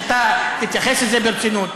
שאתה תתייחס לזה ברצינות,